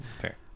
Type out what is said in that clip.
Fair